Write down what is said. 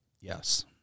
Yes